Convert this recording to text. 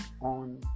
on